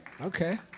Okay